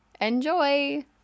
Enjoy